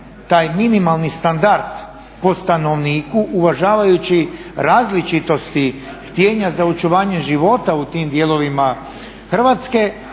taj minimalni standard po stanovniku uvažavajući različitosti htijenja za očuvanje života u tim dijelovima Hrvatske